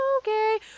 okay